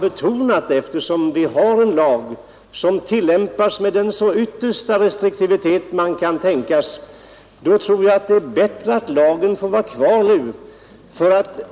Men eftersom vi har en lag som tillämpas med den yttersta restriktivitet man kan tänka sig, har jag betonat att det är bättre att lagen nu får vara kvar.